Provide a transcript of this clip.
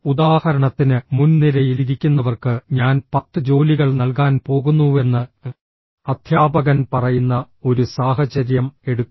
ഉദാഹരണത്തിന് മുൻനിരയിൽ ഇരിക്കുന്നവർക്ക് ഞാൻ പത്ത് ജോലികൾ നൽകാൻ പോകുന്നുവെന്ന് അധ്യാപകൻ പറയുന്ന ഒരു സാഹചര്യം എടുക്കുക